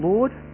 Lord